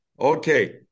Okay